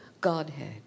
Godhead